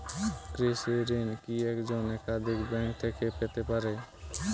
কৃষিঋণ কি একজন একাধিক ব্যাঙ্ক থেকে পেতে পারে?